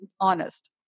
honest